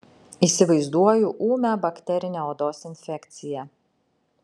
įsivaizduoju ūmią bakterinę odos infekciją